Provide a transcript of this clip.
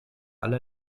alle